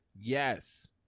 Yes